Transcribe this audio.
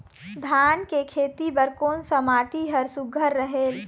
धान के खेती बर कोन सा माटी हर सुघ्घर रहेल?